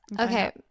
Okay